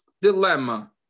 dilemma